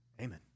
Amen